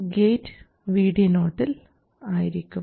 gate VD0 യിൽ ആയിരിക്കും